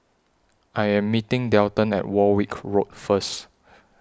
I Am meeting Delton At Warwick Road First